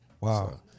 Wow